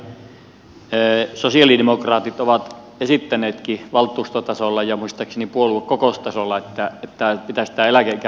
sen takia sosialidemokraatit ovat esittäneetkin valtuustotasolla ja muistaakseni puoluekokoustasolla että pitäisi tätä eläkeikää uudelleen tarkastella